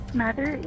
mother